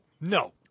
no